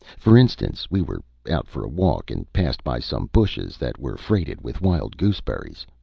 for instance, we were out for a walk, and passed by some bushes that were freighted with wild goose-berries.